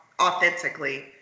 authentically